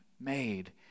made